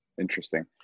Interesting